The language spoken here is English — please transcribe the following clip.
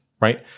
right